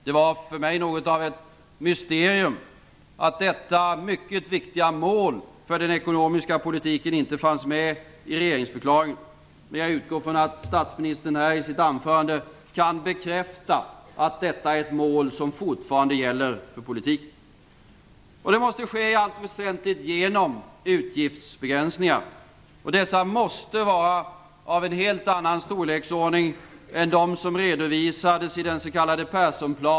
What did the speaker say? Det var för mig något av ett mysterium att detta mycket viktiga mål för den ekonomiska politiken inte fanns med i regeringsförklaringen, men jag utgår ifrån att statsministern här i sitt anförande kan bekräfta att detta är ett mål som fortarande gäller för politiken. Det måste ske i allt väsentligt genom utgiftsbegränsningar, och dessa måste vara av en helt annan storleksordning än de som redovisats i den s.k.